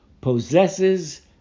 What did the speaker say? possesses